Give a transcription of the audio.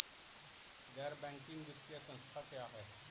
गैर बैंकिंग वित्तीय संस्था क्या है?